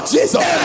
Jesus